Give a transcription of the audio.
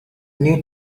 need